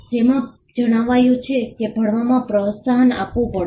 તેમાં જણાવાયું છે કે ભણવામાં પ્રોત્સાહન આપવું પડશે